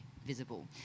visible